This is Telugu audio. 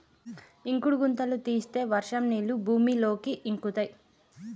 ఇంకుడు గుంతలు తీస్తే వర్షం నీళ్లు భూమిలోకి ఇంకుతయ్